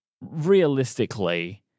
realistically